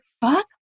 fuck